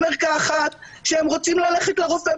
אתה גם רושם תרופות?